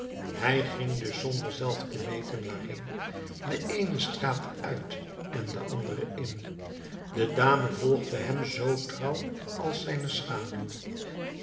hij ging dus zonder zelf te weten waarheen de eene straat uit en de andere in de dame volgde hem zoo trouw als zijne schaduw